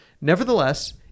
Nevertheless